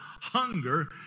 hunger